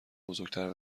بزرگتر